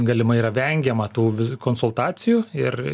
galimai yra vengiama tų konsultacijų ir